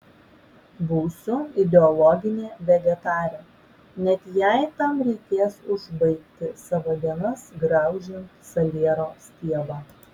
būsiu ideologinė vegetarė net jei tam reikės užbaigti savo dienas graužiant saliero stiebą